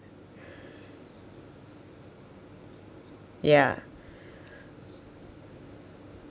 ya